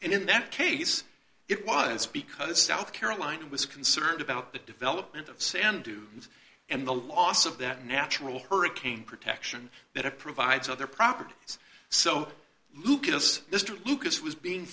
and in that case it was because south carolina was concerned about the development of sand dunes and the loss of that natural hurricane protection that a provides other properties so lucas mr lucas was being